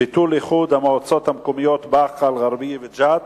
(ביטול איחוד המועצות המקומיות באקה-אל-ע'רביה וג'ת),